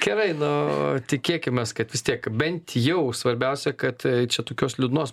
gerai nu tikėkimės kad vis tiek bent jau svarbiausia kad čia tokios liūdnos